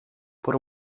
por